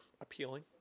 appealing